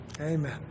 Amen